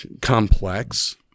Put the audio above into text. complex